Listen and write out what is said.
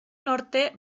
norte